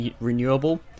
renewable